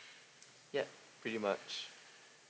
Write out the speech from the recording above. yea pretty much